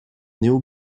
néo